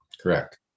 Correct